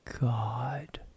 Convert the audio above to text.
God